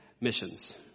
missions